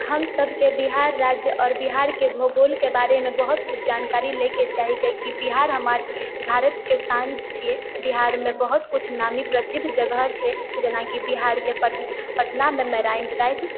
हम सभके बिहार राज्य आओर बिहारके भूगोलके बारेमे बहुत कुछ जानकारी लैके चाही किआकि बिहार हमर भारतके शान छियै बिहारमे बहुत कुछ नामी प्रसिद्ध जगह छै जेनाकि बिहारके पटनामे मरीन ड्राइव